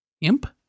Imp